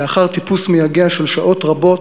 לאחר טיפוס מייגע של שעות רבות.